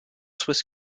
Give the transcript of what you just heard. swiss